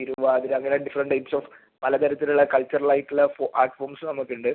തിരുവാതിര അങ്ങനെ different types of പല തരത്തിലുള്ള കൾച്ചറൽ ആയിട്ടുള്ള ആർട്ട് ഫോംസ് നമുക്കുണ്ട്